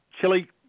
Chile